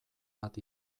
bat